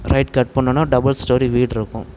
right cut பண்ணுனே double story வீடிருக்கும்